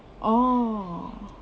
orh